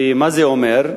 ומה זה אומר?